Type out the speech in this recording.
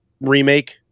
Remake